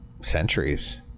centuries